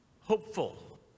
hopeful